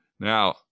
Now